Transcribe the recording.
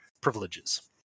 privileges